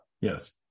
yes